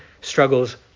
struggles